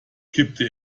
kippte